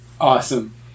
Awesome